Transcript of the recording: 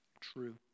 true